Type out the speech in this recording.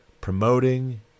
promoting